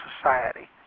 society